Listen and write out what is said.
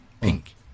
Pink